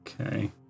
Okay